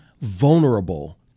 vulnerable